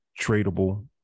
tradable